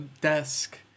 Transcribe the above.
desk